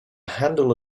handle